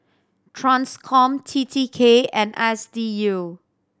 Transcom T T K and S D U